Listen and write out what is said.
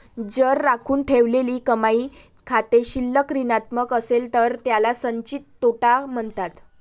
जर राखून ठेवलेली कमाई खाते शिल्लक ऋणात्मक असेल तर त्याला संचित तोटा म्हणतात